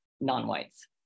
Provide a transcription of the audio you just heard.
non-whites